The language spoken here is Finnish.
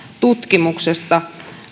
tutkimuksesta